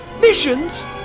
Missions